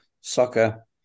soccer